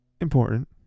important